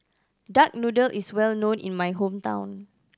duck noodle is well known in my hometown